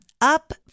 Up